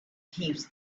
heaps